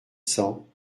cents